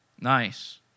Nice